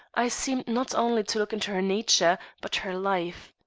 i seemed not only to look into her nature, but her life.